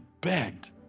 begged